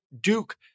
Duke